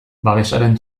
babesaren